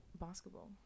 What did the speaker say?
Basketball